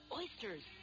oysters